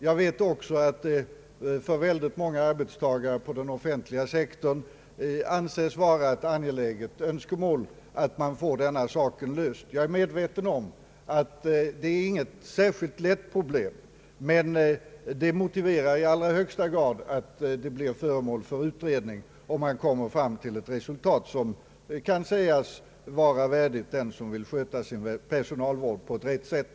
Jag vet även att många arbetstagare på den offentliga sektorn anser det vara ett angeläget önskemål att denna fråga löses. Jag är medveten om att detta inte är något särskilt lätt problem, Det är dock i allra högsta grad motiverat att frågan blir föremål för utredning och att ett resultat nås, som kan sägas vara värdigt den som vill sköta sin personalvård på ett rätt sätt.